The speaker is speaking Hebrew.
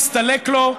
הסתלק לו,